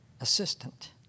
assistant